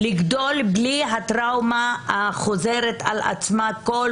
לגדול בלי הטראומה החוזרת על עצמה בכל